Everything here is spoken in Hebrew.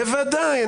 בוודאי,